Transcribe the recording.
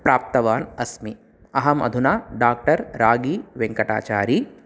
प्राप्तवान् अस्मि अहम् अधुना डाक्टर् रागी वेङ्कटाचारी